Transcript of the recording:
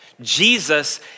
Jesus